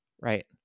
right